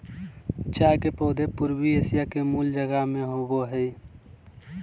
चाय के पौधे पूर्वी एशिया के मूल जगह में होबो हइ